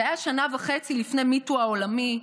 זה היה שנה וחצי לפני me too העולמי,